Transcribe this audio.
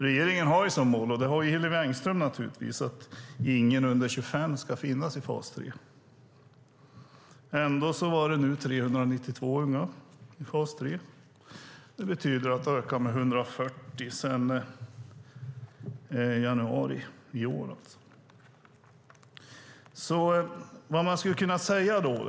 Regeringen och naturligtvis Hillevi Engström har som mål att ingen under 25 år ska finnas i fas 3. Ändå är det nu 392 unga i fas 3. Det betyder att det har skett en ökning med 140 sedan januari i år.